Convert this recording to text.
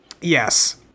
Yes